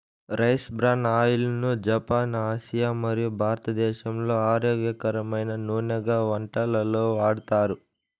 rice bran oil ను Japan, Asia మరియు భారతదేశంలో ఆరోగ్యకరమైన నూనెగా వంటలలో వాడతారు